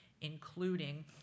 including